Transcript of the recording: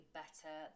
better